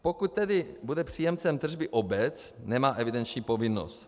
Pokud tedy bude příjemcem tržby obec, nemá evidenční povinnost.